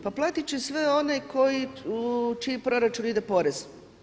Pa platit će sve one koji u čiji proračun ide porez.